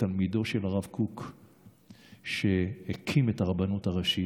כתלמידו של הרב קוק, שהקים את הרבנות הראשית,